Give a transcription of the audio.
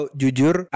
jujur